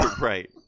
right